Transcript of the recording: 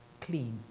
clean